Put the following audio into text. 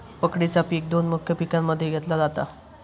पकडीचा पिक दोन मुख्य पिकांमध्ये घेतला जाता